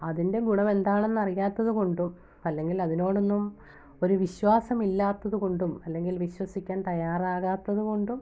അതിൻ്റെ ഗുണം എന്താണെന്നറിയാത്തത് കൊണ്ടും അല്ലെങ്കിലതിനോടൊന്നും ഒരു വിശ്വാസം ഇല്ലാത്തത് കൊണ്ടും അല്ലെങ്കിൽ വിശ്വസിക്കാൻ തയാറാവാത്തത് കൊണ്ടും